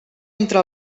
entre